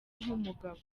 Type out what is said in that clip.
nk’umugabo